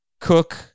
Cook